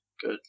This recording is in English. good